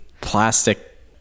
plastic